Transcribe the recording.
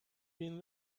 been